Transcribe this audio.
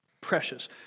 precious